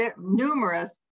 numerous